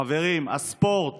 חברים, הספורט